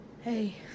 Hey